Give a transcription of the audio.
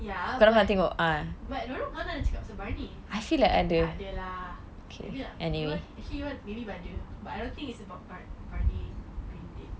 ya but but dulu mana ada cakap pasal barney tak ada lah maybe like K one maybe ada but I don't think it's about barney barney brigade